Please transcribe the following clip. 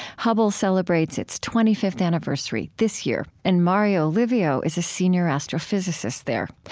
hubble celebrates it's twenty fifth anniversary this year and mario livio is a senior astrophysicist there.